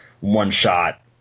one-shot